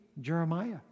Jeremiah